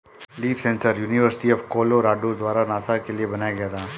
leaf sensor university of Colorado द्वारा NASA के लिए बनाया गया था